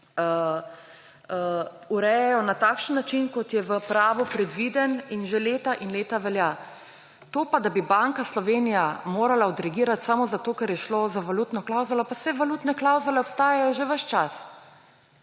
urejajo na takšen način, kot je v pravu predviden in že leta in leta velja. To pa, da bi Banka Slovenije morala odreagirati samo zato, ker je šlo za valutno klavzulo, pa saj valutne klavzule obstajajo že ves čas!